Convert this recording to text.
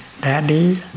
Daddy